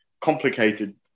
complicated